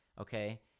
okay